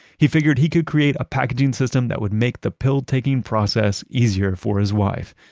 he figured he could create a packaging system that would make the pill-taking process easier for his wife.